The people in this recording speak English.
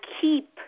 keep